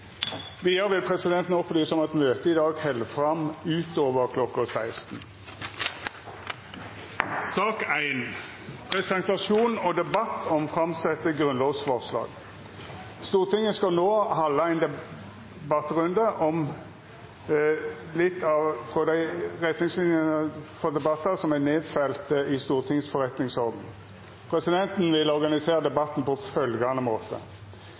Vidare vil presidenten opplysa om at møtet i dag held fram utover kl. 16. Stortinget skal no ha ein debattrunde som vik litt av frå dei retningslinjene for debattar som er nedfelte i Stortingets forretningsorden. Presidenten vil organisera debatten på følgjande måte: